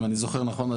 אם אני זוכר נכון,